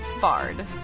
bard